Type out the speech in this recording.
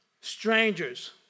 strangers